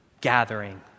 gathering